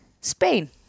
Spain